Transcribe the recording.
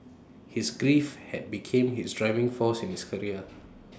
his grief had became his driving force in his career